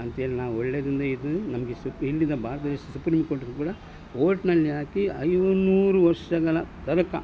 ಅಂತ್ಹೇಳಿ ನಾವು ಒಳ್ಳೆಯದ್ರಿಂದ ಇದ್ದು ನಮಗೆ ಸುಪ್ ಇಂದಿನ ಭಾರತ ದೇಶದ ಸುಪ್ರೀಮ್ ಕೋರ್ಟ್ ಕೂಡ ಕೋರ್ಟಿನಲ್ಲಿ ಹಾಕಿ ಐದು ನೂರು ವರ್ಷಗಳ ತನಕ